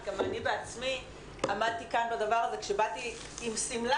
וגם אני בעצמי עמדתי כאן בדבר הזה כשבאתי עם שמלה,